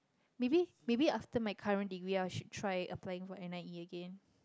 maybe maybe after my current degree I should try applying for N_I_E again